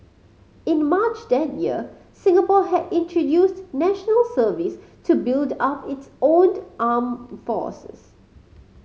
in March that year Singapore had introduced National Service to build up its owned armed forces